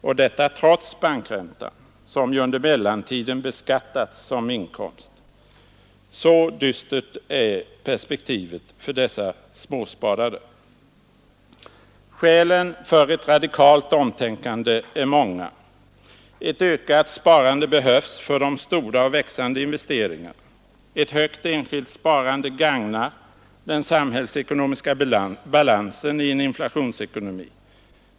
Och detta trots bankräntan, som ju under mellantiden har beskattats som inkomst. Så dystert är perspektivet för dessa småsparare. Skälen för ett radikalt omtänkande är många. Ett ökat sparande behövs för de stora och växande investeringarna. Ett högt enskilt sparande gagnar den samhällsekonomiska balansen i en inflationsekonomi.